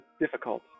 difficult